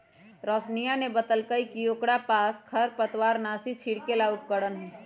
रोशिनीया ने बतल कई कि ओकरा पास खरपतवारनाशी छिड़के ला उपकरण हई